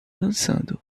dançando